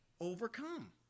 overcome